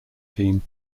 team